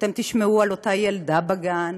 כשאתם תשמעו על אותה ילדה בגן,